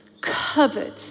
covered